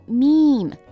meme